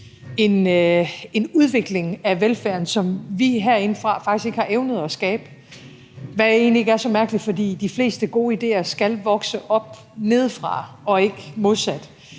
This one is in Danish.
en udvikling af velfærden, som vi herindefra faktisk ikke har evnet at skabe, hvad egentlig ikke er så mærkeligt, for de fleste gode idéer skal vokse op nedefra og ikke modsat.